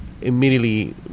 immediately